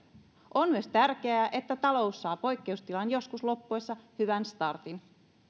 on myös tärkeää että talous saa poikkeustilan joskus loppuessa hyvän startin